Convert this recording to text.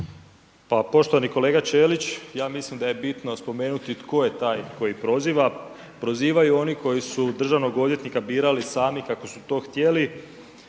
Pa poštovani kolega Ćelić, ja mislim da je bitno spomenuti tko je taj koji proziva. Prozivaju oni koji su državnog odvjetnika birali sami kako su to htjeli